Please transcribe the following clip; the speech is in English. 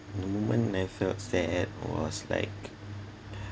the moment I felt sad was like